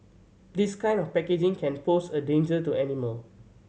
this kind of packaging can pose a danger to animal